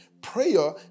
Prayer